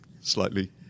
slightly